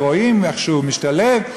ורואים איך שהוא משתלב,